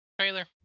Trailer